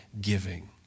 giving